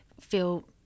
feel